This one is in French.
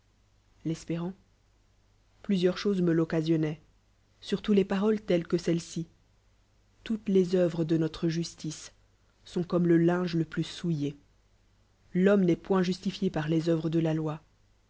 l'espér plusieurs choses me l'occasioddoieat surtont les paroles telles que celles-ci toutes les uvres de noh'e juslice sont comme le linge le plus souillé l'homme n'est point justifiëpm les ceuvres de la lo